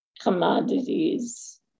commodities